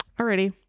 already